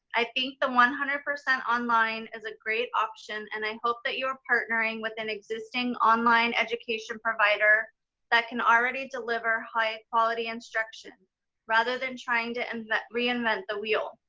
i think the one hundred percent online is a great option and i hope that you are partnering with an existing online education provider that can already deliver high quality instruction rather than trying to and reinvent the wheel.